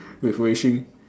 with Wei-Shin